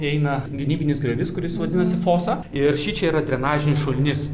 eina gynybinis griovys kuris vadinasi fosa ir šičia yra drenažinis šulinys